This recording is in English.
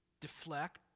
deflect